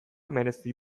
merezi